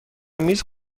میز